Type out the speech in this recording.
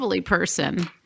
person